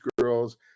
girls